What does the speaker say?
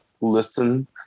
listen